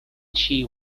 chi